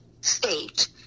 state